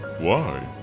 why